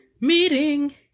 meeting